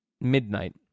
midnight